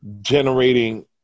generating